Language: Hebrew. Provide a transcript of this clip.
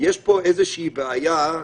יש פה איזושהי בעיה,